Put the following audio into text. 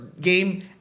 game